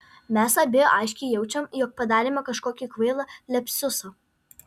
mes abi aiškiai jaučiam jog padarėme kažkokį kvailą liapsusą